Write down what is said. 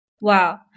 Wow